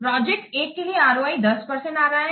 project 1 के लिए ROI 10 परसेंटआ रहा है